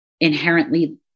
inherently